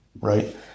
Right